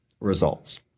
results